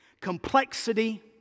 complexity